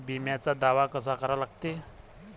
बिम्याचा दावा कसा करा लागते?